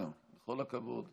אנא, בכל הכבוד.